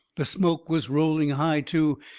the smoke was rolling high, too,